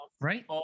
right